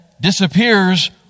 disappears